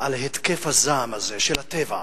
על התקף הזעם הזה של הטבע,